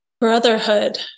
brotherhood